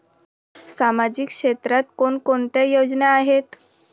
सामाजिक क्षेत्रात कोणकोणत्या योजना आहेत?